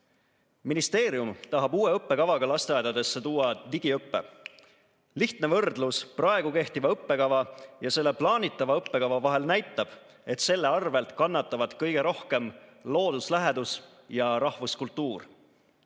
maailm? Ministeerium tahab uue õppekavaga lasteaedadesse tuua digiõppe. Lihtne võrdlus praegu kehtiva õppekava ja selle plaanitava õppekava vahel näitab, et selle tõttu kannatavad kõige rohkem looduslähedus ja rahvuskultuur.